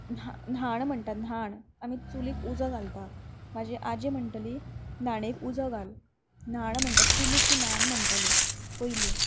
न्हां न्हाण म्हणटा न्हाण आमी चुलीक उजो घालता म्हजी आजी म्हणटली न्हाणेक उजो घाल न्हाण म्हणटा चुलीक ती न्हाण म्हणटाली पयलीं